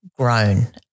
grown